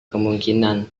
kemungkinan